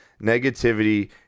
negativity